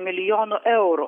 milijonų eurų